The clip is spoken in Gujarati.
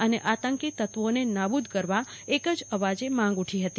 અને આતંકી તત્વોને નાબુદ કરવા એક જ અવાજે માંગ ઉઠી હતી